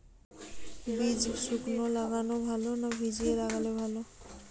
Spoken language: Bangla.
বীজ শুকনো লাগালে ভালো না ভিজিয়ে লাগালে ভালো?